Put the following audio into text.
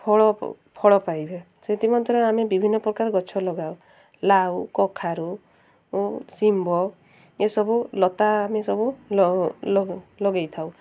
ଫଳ ଫଳ ପାଇବେ ସେଥିମଧ୍ୟରୁ ଆମେ ବିଭିନ୍ନ ପ୍ରକାର ଗଛ ଲଗାଉ ଲାଉ କଖାରୁ ସିମ୍ବ ଏସବୁ ଲତା ଆମେ ସବୁ ଲଗାଇଥାଉ